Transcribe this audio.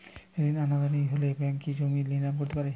ঋণ অনাদায়ি হলে ব্যাঙ্ক কি জমি নিলাম করতে পারে?